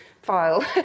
file